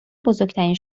بزرگترین